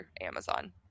Amazon